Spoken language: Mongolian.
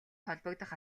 холбогдох